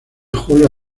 julio